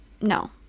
No